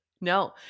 No